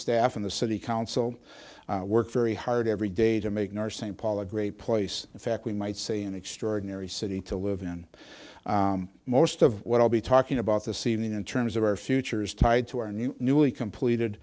staff in the city council works very hard every day to make nursing paula great place in fact we might see an extraordinary city to live in most of what i'll be talking about this evening in terms of our futures tied to our new newly completed